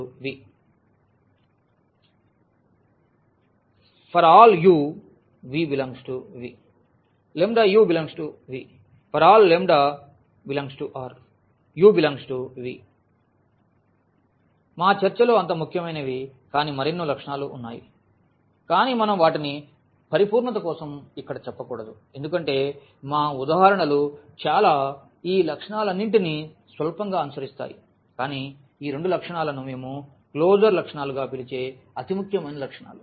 u v∈V ∀ u v∈V u∈V ∀ λ∈R u∈V మా చర్చలో అంత ముఖ్యమైనవి కాని మరెన్నో లక్షణాలు ఉన్నాయి కాని మనం వాటిని పరిపూర్ణత కోసం ఇక్కడ చెప్పకూడదు ఎందుకంటే మా ఉదాహరణలు చాలా ఈ లక్షణాలన్నింటినీ స్వల్పంగా అనుసరిస్తాయి కాని ఈ రెండు లక్షణాలు మేము క్లోజర్ లక్షణాలు గా పిలిచే అతి ముఖ్యమైన లక్షణాలు